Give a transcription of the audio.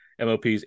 MOPs